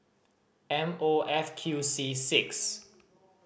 M O F Q C six